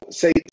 say